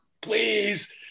please